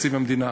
בתקציב המדינה,